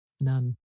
None